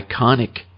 iconic